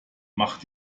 macht